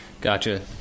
Gotcha